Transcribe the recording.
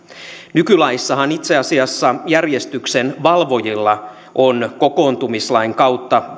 nykylaissahan itse asiassa järjestyksenvalvojilla on kokoontumislain kautta